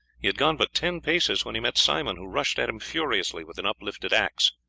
he had gone but ten paces when he met simon, who rushed at him furiously with an uplifted axe.